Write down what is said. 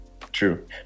True